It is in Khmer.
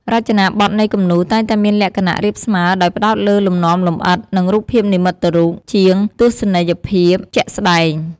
រចនាបទនៃគំនូរតែងតែមានលក្ខណៈរាបស្មើដោយផ្តោតលើលំនាំលម្អិត និងរូបភាពនិមិត្តរូប ជាងទស្សនីយភាពជាក់ស្តែង។